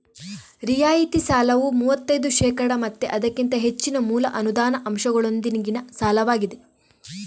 ರಿಯಾಯಿತಿ ಸಾಲವು ಮೂವತ್ತೈದು ಶೇಕಡಾ ಮತ್ತೆ ಅದಕ್ಕಿಂತ ಹೆಚ್ಚಿನ ಮೂಲ ಅನುದಾನ ಅಂಶದೊಂದಿಗಿನ ಸಾಲವಾಗಿದೆ